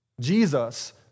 Jesus